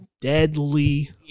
deadly